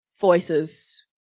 voices